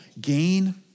gain